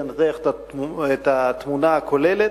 לנתח את התמונה הכוללת.